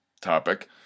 topic